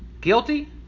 guilty